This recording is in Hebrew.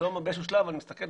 פתאום באיזשהו שלב אני מסתכל,